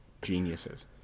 Geniuses